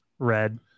Red